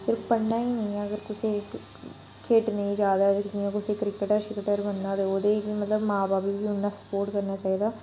सिर्फ पढ़नां गै नेईं अगर कुसेई खेढने गी ज्यादा ऐ कुसेई क्रिकेट शिर्केट बनना ते ओह्दे ई मा बब्ब बी उन्ना सपोर्ट करना चाहिदा